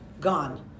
gone